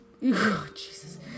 Jesus